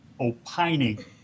opining